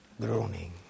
groaning